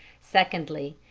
secondly,